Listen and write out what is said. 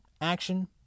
action